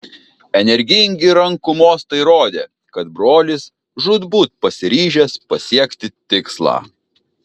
energingi rankų mostai rodė kad brolis žūtbūt pasiryžęs pasiekti tikslą